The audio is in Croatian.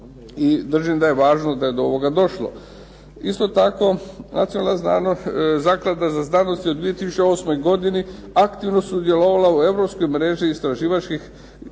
I držim da je važno da je do ovoga došlo. Isto tako Nacionalna zaklada za znanost je u 2008. godini aktivno sudjelovala u Europskoj mreži istraživačkih